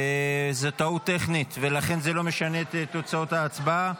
זו טעות טכנית ולכן זה לא משנה את תוצאות ההצבעה.